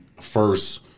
first